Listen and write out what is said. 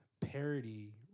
parody